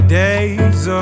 days